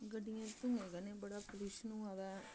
गड्डियें धुएंं कन्नै बड़ा प्लूयशन होआ दा ऐ